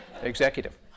executive